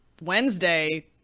Wednesday